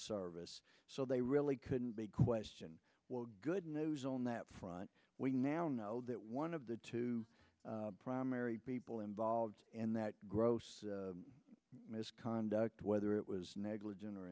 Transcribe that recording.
service so they really couldn't be question well good news on that front we now know that one of the two primary people involved in that gross misconduct whether it was negligent or